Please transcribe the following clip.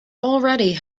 already